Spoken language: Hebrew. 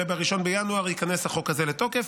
וב-1 בינואר ייכנס החוק הזה לתוקף.